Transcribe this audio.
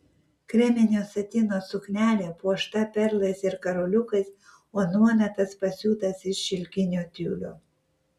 kreminio satino suknelė puošta perlais ir karoliukais o nuometas pasiūtas iš šilkinio tiulio